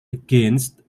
against